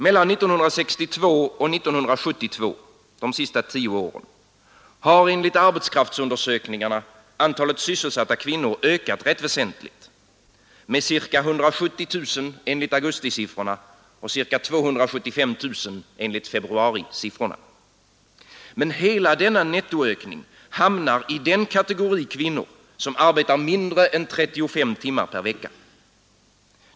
Mellan 1962 och 1972 — de senaste tio åren — har enligt arbetskraftsundersökningarna antalet sysselsatta kvinnor ökat rätt väsentligt, med ca 170 000 enligt augustisiffrorna och ca 275 000 enligt februarisiffrorna. Men hela denna nettoökning hamnar i den kategori kvinnor som arbetar mindre än 35 timmar per vecka.